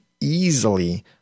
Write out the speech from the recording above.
easily